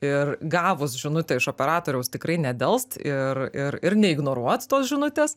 ir gavus žinutę iš operatoriaus tikrai nedelst ir ir ir neignoruot tos žinutės